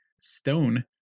stone